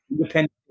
independent